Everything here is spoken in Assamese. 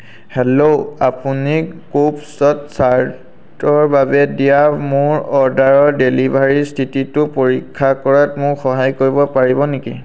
হেল্ল' আপুনি কুভছ্ত শ্বাৰ্টৰ বাবে দিয়া মোৰ অৰ্ডাৰৰ ডেলিভাৰী স্থিতিটো পৰীক্ষা কৰাত মোক সহায় কৰিব পাৰিব নেকি